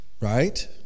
right